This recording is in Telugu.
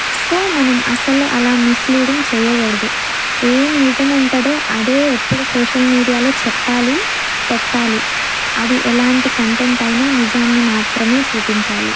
సో మనం అసలు అలా మిస్లీడింగ్ చేయకూడదు ఏమి నిజం ఉంటుందో అదే ఎప్పుడు సోషల్ మీడియాలో చెప్పాలి పెట్టాలి అది ఎలాంటి కంటెంట్ అయినా నిజాన్ని మాత్రమే చూపించాలి